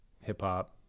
hip-hop